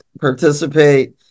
participate